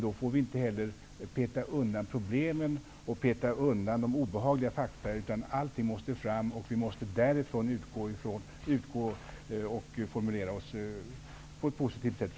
Då får vi inte heller peta undan problem och obehagliga fakta. Allting måste fram. Därifrån måste vi utgå och formulera oss på ett positivt sätt.